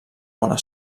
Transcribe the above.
bona